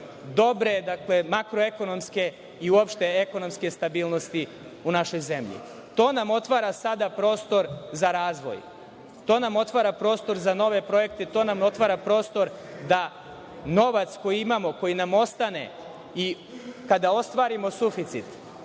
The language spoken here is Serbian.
dobre makroekonomske i uopšte stabilnosti ekonomske u našoj zemlji. To nam otvara sada prostor za razvoj. To nam otvara prostor za nove projekte. To nam otvara prostor da novac koji imamo, koji nam ostane i kada ostvarimo suficit,